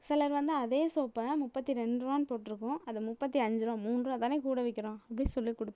சிலர் வந்து அதே சோப்பை முப்பத்தி ரெண்டுருவானு போட்டிருக்கும் அதை முப்பத்தி அஞ்சுருபா மூன்றுபா தானே கூட விக்கிறோம் அப்படின் சொல்லிக்கொடுப்பாங்க